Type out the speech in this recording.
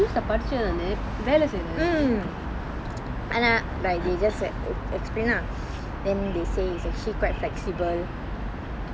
mmhmm and uh like they just say explain lah then they say it's actually quite flexible then um